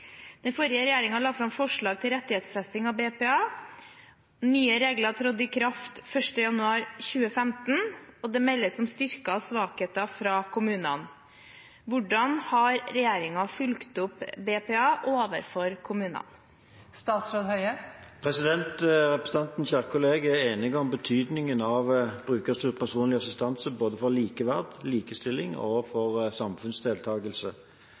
Den forrige regjeringen la fram forslag til rettighetsfesting av BPA. Nye regler trådte i kraft 1. januar 2015. Det meldes om styrker og svakheter fra kommunene. Hvordan har regjeringen fulgt opp BPA overfor kommunene?» Representant Kjerkol og jeg er enige om betydningen av brukerstyrt personlig assistanse for både likeverd, likestilling og samfunnsdeltagelse.